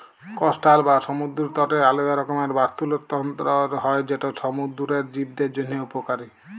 coastal বা সমুদ্দর তটের আলেদা রকমের বাস্তুতলত্র হ্যয় যেট সমুদ্দুরের জীবদের জ্যনহে উপকারী